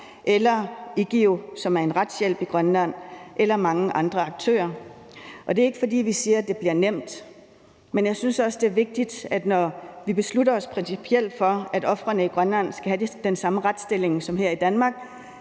eller IKIU, som er en retshjælp i Grønland, eller mange andre aktører. Det er ikke, fordi vi siger, at det bliver nemt. Men jeg synes også, det er vigtigt, at når vi beslutter os principielt for, at ofrene i Grønland skal have den samme retsstilling som her i Danmark,